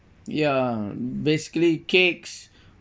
ya basically cakes